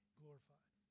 glorified